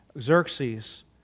Xerxes